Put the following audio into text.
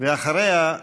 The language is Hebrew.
ואחריה,